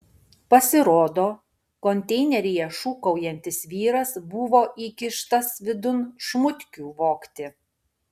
pasirodo konteineryje šūkaujantis vyras buvo įkištas vidun šmutkių vogti